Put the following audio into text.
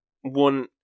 one